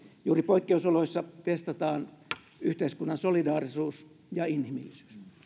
juuri poikkeusoloissa testataan yhteiskunnan solidaarisuus ja inhimillisyys